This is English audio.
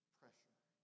pressure